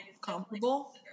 comparable